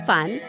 Fun